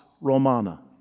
Romana